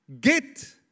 get